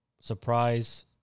surprise